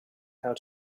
how